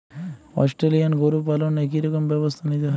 Australian গরু পালনে কি রকম ব্যবস্থা নিতে হয়?